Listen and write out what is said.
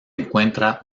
encuentra